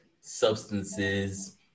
substances